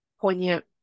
poignant